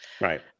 Right